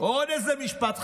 עוד איזה משפט חכם: